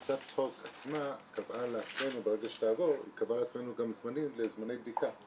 הצעת החוק עצמה קבעה לעצמנו ברגע שתעבור קבעה גם זמני בדיקה.